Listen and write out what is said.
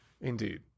Indeed